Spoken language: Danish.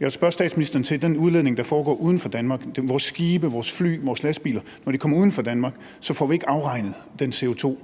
Jeg vil spørge statsministeren til den udledning, der foregår uden for Danmark. Når vores skibe, vores fly, vores lastbiler kommer uden for Danmark, får vi ikke afregnet den CO2.